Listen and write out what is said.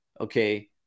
okay